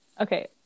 okay